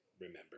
remember